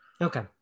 Okay